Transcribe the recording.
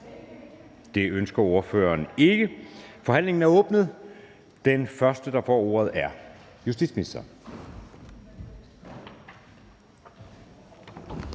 Det ønsker ordføreren ikke. Forhandlingen er åbnet. Den første, der får ordet, er justitsministeren.